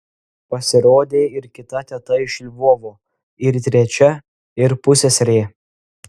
pasirodė ir kita teta iš lvovo ir trečia ir pusseserė